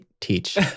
teach